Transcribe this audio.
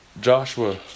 Joshua